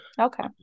okay